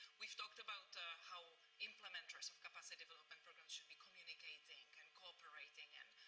we've talked about ah how implementers of capacity development programs should be communicating and cooperating and,